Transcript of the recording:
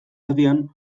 erdian